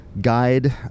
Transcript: guide